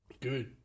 good